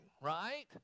right